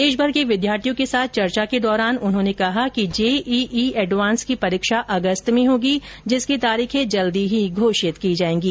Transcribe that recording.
देशभर के विद्यार्थियों के साथ चर्चा के दौरान उन्होंने कहा कि जेईई एडवान्स की परीक्षा अगस्त में होगी जिसकी तारीखें जल्दी ही घोषित की जाएंगी